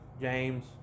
James